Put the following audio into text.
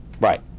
Right